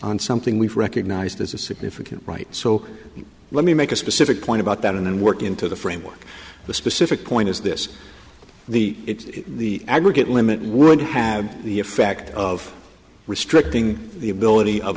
on something we've recognized as a significant right so let me make a specific point about that and then work into the framework the specific point is this the it's the aggregate limit would have the effect of restricting the ability of